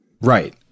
Right